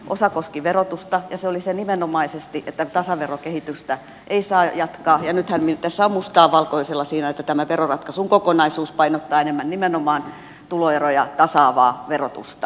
osa koski verotusta ja se oli nimenomaisesti se että tasaverokehitystä ei saa jatkaa ja nythän tässä on mustaa valkoisella siinä että tämä veroratkaisun kokonaisuus painottaa enemmän nimenomaan tuloeroja tasaavaa verotusta